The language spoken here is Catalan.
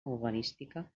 urbanística